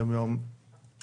היום יום שלישי,